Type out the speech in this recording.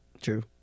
True